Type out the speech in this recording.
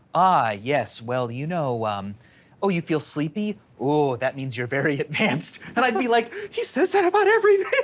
ah, yes. well, you know um oh, you feel sleepy? oh, that means you're very advanced. and i'd be like he so said about everything.